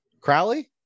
crowley